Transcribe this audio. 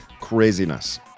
Craziness